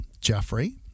Jeffrey